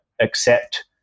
accept